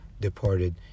departed